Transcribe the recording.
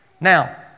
Now